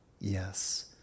Yes